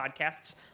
podcasts